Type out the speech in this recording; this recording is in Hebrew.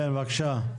כן, בבקשה.